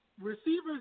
receivers